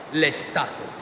l'estate